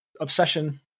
obsession